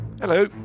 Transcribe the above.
Hello